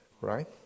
right